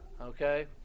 Okay